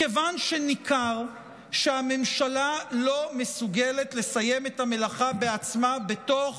מכיוון שניכר שהממשלה לא מסוגלת לסיים את המלאכה בעצמה בתוך